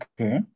Okay